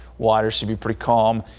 water should be pretty calm.